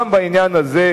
גם בעניין הזה,